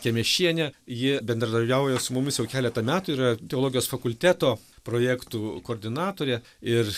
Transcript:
kemešienė ji bendradarbiauja su mumis jau keletą metų yra teologijos fakulteto projektų koordinatorė ir